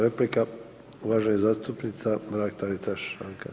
Ima replika, uvažena zastupnica Mrak Taritaš.